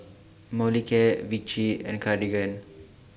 Molicare Vichy and Cartigain